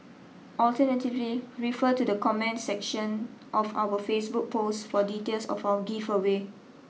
alternatively refer to the comments section of our Facebook post for details of our give away